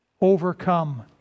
overcome